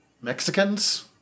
Mexicans